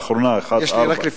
יש לי רק,